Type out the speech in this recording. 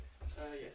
Yes